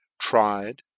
TRIED